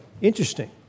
interesting